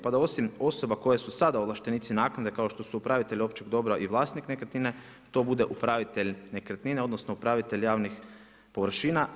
Pa da osim osoba koje su sada ovlaštenici naknade, kao što su upravitelj općeg dobra i vlasnik nekretnine, to bude upravitelj nekretnine, odnosno, upravitelj javnih površina.